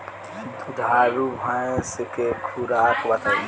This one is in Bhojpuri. दुधारू भैंस के खुराक बताई?